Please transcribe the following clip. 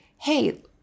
hey